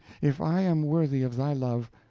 if i am worthy of thy love,